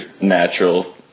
natural